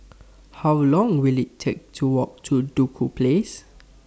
How Long Will IT Take to Walk to Duku Place